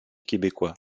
québécois